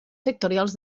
sectorials